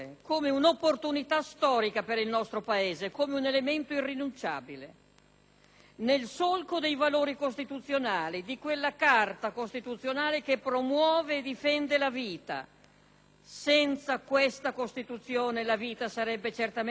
nel solco dei valori costituzionali, di quella Carta costituzionale che promuove e difende le vita (senza questa Costituzione la vita sarebbe certamente meno tutelata), nel contesto delle pluralità